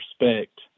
respect